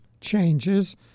changes